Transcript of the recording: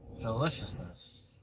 deliciousness